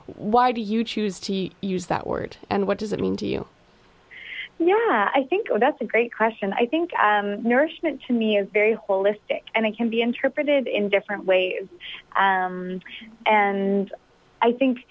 why do you choose to use that word and what does it mean to you yeah i think that's a great question i think nourishment to me is very holistic and it can be interpreted in different ways and and i think